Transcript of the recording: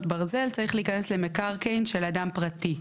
ברזל צריך להיכנס למקרקעין של אדם פרטי,